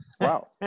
Wow